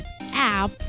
app